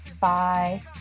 Bye